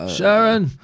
Sharon